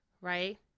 right